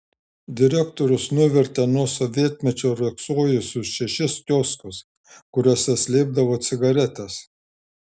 direktorius nuvertė nuo sovietmečio riogsojusius šešis kioskus kuriuose slėpdavo cigaretes